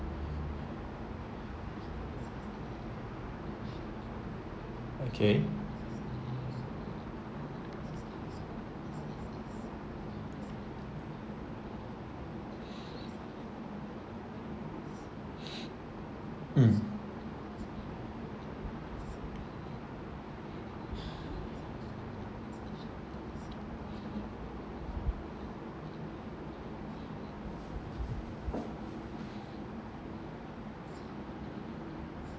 okay mm